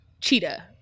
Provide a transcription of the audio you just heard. Cheetah